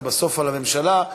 ובסוף על הממשלה,